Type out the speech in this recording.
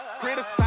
criticize